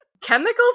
chemicals